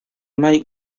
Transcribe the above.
mic